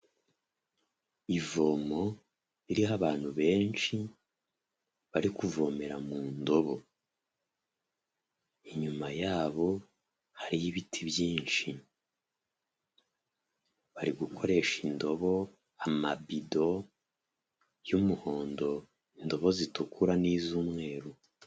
Ivomo ririho abantu benshi bari kuvomera mu ndobo. Inyuma yabo hariyo ibiti byinshi. Bari gukoresha indobo, amabido y'umuhondo, indobo zitukura n'iz'umweru.